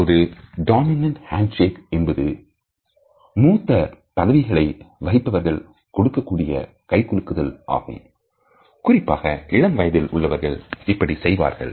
இப்பொழுது dominant hand shake என்பது மூத்த பதவிகளை வகிப்பவர்கள் கொடுக்கக்கூடிய கைகுலுக்குதல் ஆகும் குறிப்பாக இளம் வயதில் உள்ளவர்கள் இப்படி செய்வார்கள்